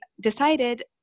decided